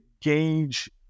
gauge